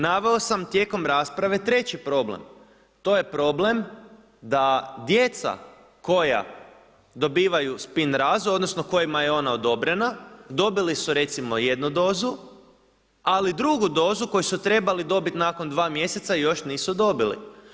Naveo sam tijekom rasprave treći problem to je problem da djeca koja dobivaju spinrazu, odnosno kojima je ona odobrena, dobili su recimo jednu dozu ali drugu dozu koju su trebali dobiti nakon 2 mjeseca još nisu dobili.